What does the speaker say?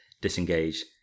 disengage